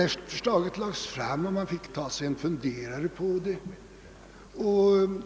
Ett förslag lades alltså fram frän socialdemokraterna, och vi fick ta oss en funderare över det.